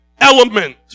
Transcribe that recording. element